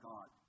God